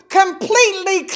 completely